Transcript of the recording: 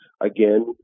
Again